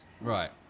Right